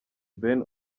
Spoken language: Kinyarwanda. ben